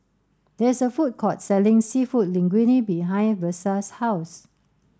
there is a food court selling Seafood Linguine behind Versa's house